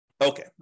Okay